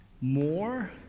more